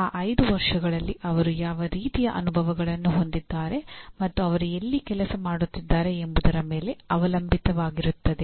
ಆ 5 ವರ್ಷಗಳಲ್ಲಿ ಅವರು ಯಾವ ರೀತಿಯ ಅನುಭವಗಳನ್ನು ಹೊಂದಿದ್ದಾರೆ ಮತ್ತು ಅವರು ಎಲ್ಲಿ ಕೆಲಸ ಮಾಡುತ್ತಿದ್ದಾರೆ ಎಂಬುದರ ಮೇಲೆ ಅವಲಂಬಿತವಾಗಿರುತ್ತದೆ